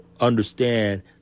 understand